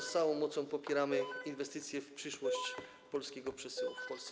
Z całą mocą popieramy inwestycje w przyszłość polskiego przesyłu w Polsce.